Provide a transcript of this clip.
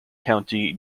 county